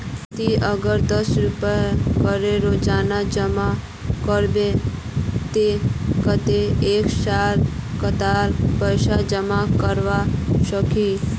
ती अगर दस रुपया करे रोजाना जमा करबो ते कतेक एक सालोत कतेला पैसा जमा करवा सकोहिस?